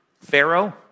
Pharaoh